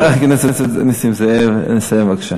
חבר הכנסת נסים זאב, לסיים בבקשה.